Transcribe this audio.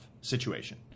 situation